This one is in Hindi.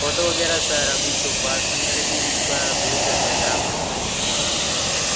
फ़ोटो वग़ैरह सर अभी तो पास में नहीं है लेकिन ब भेज देते हैं अगर आप बोले तो वैसा ले के